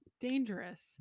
dangerous